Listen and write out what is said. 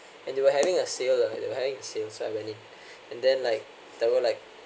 and they were having a sale lah they were having a sale so I went in and then like there were like